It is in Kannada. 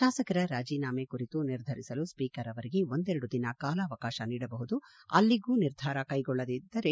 ಶಾಸಕರ ರಾಜೀನಾಮೆ ಕುರಿತು ನಿರ್ಧರಿಸಲು ಸ್ವೀಕರ್ ಅವರಿಗೆ ಒಂದೆರಡು ದಿನ ಕಾಲಾವಕಾತ ನೀಡಬಹುದು ಅಲ್ಲಿಗೂ ನಿರ್ಧಾರ ಕೈಗೊಳ್ಳದಿದ್ದರೆ